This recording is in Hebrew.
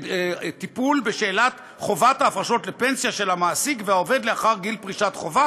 טיפול בשאלת חובת ההפרשות לפנסיה של המעסיק והעובד לאחר גיל פרישת חובה,